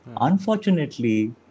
Unfortunately